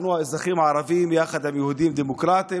אנחנו האזרחים הערבים יחד עם יהודים דמוקרטים